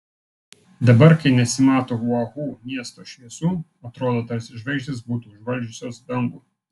dabar kai nesimato oahu miesto šviesų atrodo tarsi žvaigždės būtų užvaldžiusios dangų